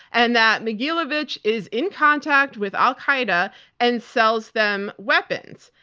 and that mogilevich is in contact with al-qaeda and sells them weapons.